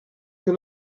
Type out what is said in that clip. can